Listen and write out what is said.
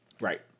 Right